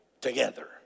together